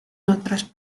otras